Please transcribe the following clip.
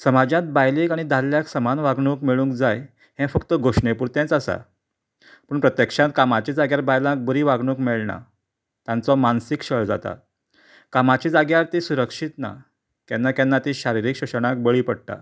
समाजांत बायलेक आनी दादल्याक समान वागणूक मेळूंक जाय हे फक्त घोशणे पुरतेच आसा पूण प्रत्यक्षांत कामाच्या जाग्यार बायलांक बरी वागणूक मेळना तांचो मानसीक छळ जाता कामाच्या जाग्यार ती सुरक्षीत ना केन्ना केन्ना ती शारिरीक शोशणाक बळी पडटात